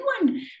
one